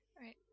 Right